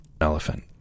Elephant